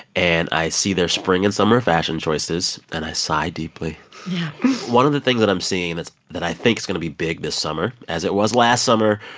and i see their spring and summer fashion choices. and i sigh deeply yeah one of the things that i'm seeing that's that i think is going to be big this summer, as it was last summer,